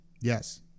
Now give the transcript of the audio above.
Yes